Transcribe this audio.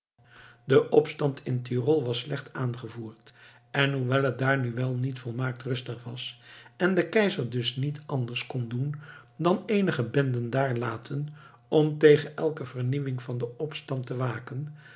de opstand in tyrol was slecht aangevoerd en hoewel het daar nu wel niet volmaakt rustig was en de keizer dus niet anders kon doen dan eenige benden daar laten om tegen elke vernieuwing van den opstand te waken